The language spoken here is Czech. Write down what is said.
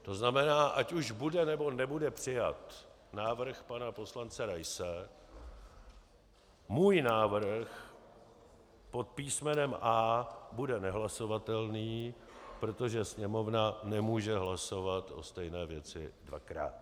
To znamená, ať už bude, nebo nebude přijat návrh pana poslance Raise, můj návrh pod písmenem A bude nehlasovatelný, protože Sněmovna nemůže hlasovat o stejné věci dvakrát.